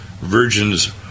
virgins